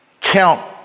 count